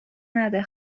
نده